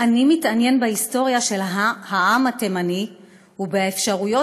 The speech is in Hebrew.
"אני מתעניין בהיסטוריה של העם התימני ובאפשרויות